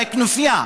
אולי כנופיה,